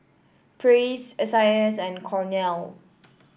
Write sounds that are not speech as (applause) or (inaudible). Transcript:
Praise S I S and Cornell (noise)